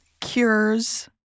cures